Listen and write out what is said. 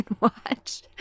watch